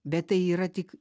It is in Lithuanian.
bet tai yra tik